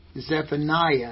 Zephaniah